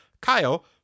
Kyle